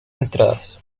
entradas